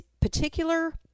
particular